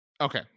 okay